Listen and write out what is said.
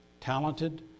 talented